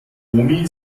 omi